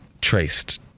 traced